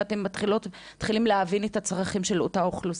ואתם מתחילים להבין את הצרכים של אותה אוכלוסייה?